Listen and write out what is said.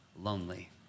lonely